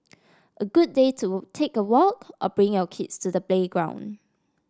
a good day to take a walk or bring your kids to the playground